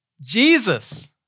Jesus